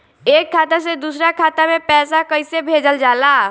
एक खाता से दूसरा खाता में पैसा कइसे भेजल जाला?